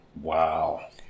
Wow